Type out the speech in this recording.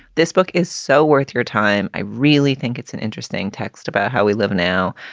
this book is so worth your time. i really think it's an interesting text about how we live now.